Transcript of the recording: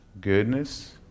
goodness